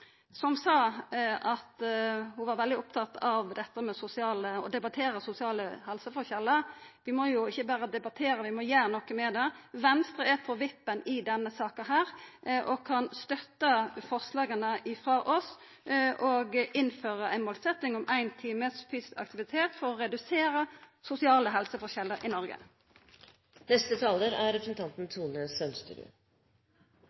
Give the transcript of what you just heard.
representanten sa at ho var veldig opptatt av å debattera sosiale helseforskjellar. Men vi må ikkje berre debattera, vi må gjera noko med det. Venstre er på vippen i denne saka og kan støtta forslaget frå oss og målsetjinga om å innføra éin time fysisk aktivitet for å redusera sosiale helseforskjellar i Noreg. Jeg vet ikke helt om jeg skjønte innlegget til representanten